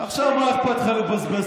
עכשיו, מה אכפת לך לבזבז?